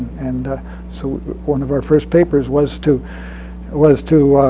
and ah so one of our first papers was to was to